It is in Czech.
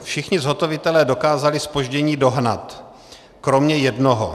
Všichni zhotovitelé dokázali zpoždění dohnat, kromě jednoho.